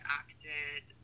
acted